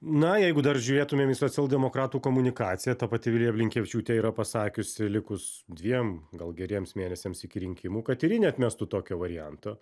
na jeigu dar žiūrėtumėm į socialdemokratų komunikaciją ta pati vilija blinkevičiūtė yra pasakiusi likus dviem gal geriems mėnesiams iki rinkimų kad ir ji neatmestų tokio varianto